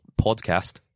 podcast